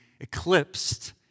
eclipsed